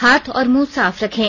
हाथ और मुंह साफ रखें